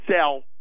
sell